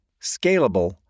scalable